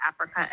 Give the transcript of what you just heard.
Africa